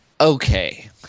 Okay